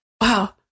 wow